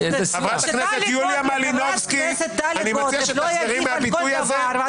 כשחברת הכנסת טלי גוטליב לא תגיב על כל דבר,